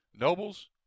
Noble's